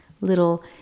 little